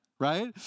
right